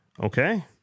Okay